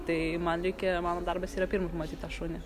tai man reikia mano darbas yra pirmą pamatyt tą šunį